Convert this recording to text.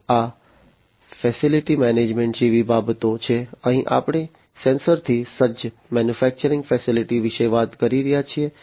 તો આ facility management જેવી બાબતો છે અહીં આપણે સેન્સરથી સજ્જ મેન્યુફેક્ચરિંગ ફેસિલિટી વિશે વાત કરી રહ્યા છીએ